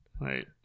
Right